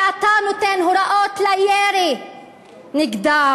שאתה נותן הוראות לירי נגדם,